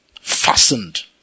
fastened